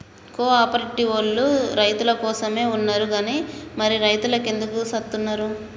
కో ఆపరేటివోల్లు రైతులకోసమే ఉన్నరు గని మరి రైతులెందుకు సత్తున్నరో